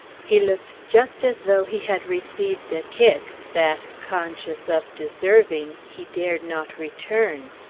he looked just as though he had received a kick, that, conscious of deserving, he dared not return!